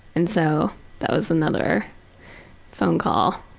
and so that was another phone call